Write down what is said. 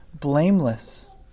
blameless